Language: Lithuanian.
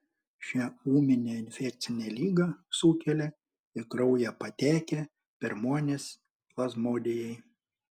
šią ūminę infekcinę ligą sukelia į kraują patekę pirmuonys plazmodijai